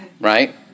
Right